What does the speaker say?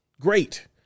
Great